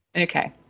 Okay